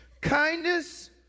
Kindness